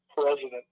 president